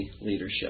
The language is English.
leadership